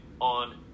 on